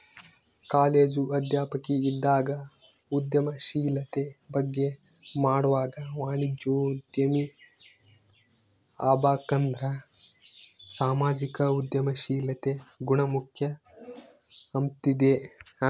college ಅಧ್ಯಾಪಕಿ ಇದ್ದಾಗ ಉದ್ಯಮಶೀಲತೆ ಬಗ್ಗೆ ಮಾಡ್ವಾಗ ವಾಣಿಜ್ಯೋದ್ಯಮಿ ಆಬಕಂದ್ರ ಸಾಮಾಜಿಕ ಉದ್ಯಮಶೀಲತೆ ಗುಣ ಮುಖ್ಯ ಅಂಬ್ತಿದ್ದೆ